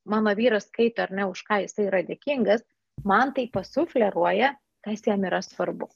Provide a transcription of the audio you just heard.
mano vyras skaito ar ne už ką jisai yra dėkingas man tai pasufleruoja kas jam yra svarbu